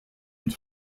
and